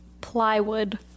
Plywood